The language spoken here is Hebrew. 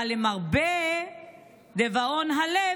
אבל למרבה דאבון הלב,